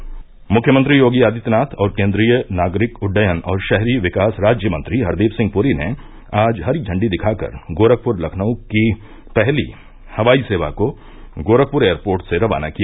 दिल्ली समाचार मुख्यमंत्री योगी आदित्यनाथ और केन्द्रीय नागरिक उड्डयन और शहरी विकास राज्य मंत्री हरदीप सिंह पुरी ने आज हरी झंडी दिखाकर गोरखपुर लखनऊ की पहली हवाई सेवा को गोरखपुर एयरपोर्ट से रवाना किया